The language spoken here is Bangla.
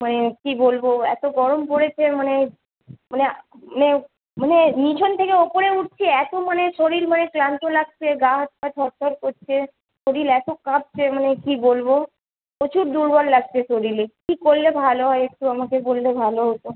মানে কি বলব এত গরম পড়েছে মানে মানে মানে মানে নীচে থেকে উপরে উঠছি এত মানে শরীর মানে ক্লান্ত লাগছে গা হাত পা থরথর করছে শরীর এত কাঁপছে মানে কি বলব প্রচুর দুর্বল লাগছে শরীরে কি করলে ভালো হয় একটু আমাকে বললে ভালো হতো